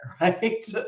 right